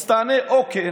אז תענה, או כן